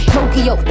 Tokyo